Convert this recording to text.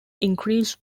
increased